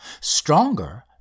stronger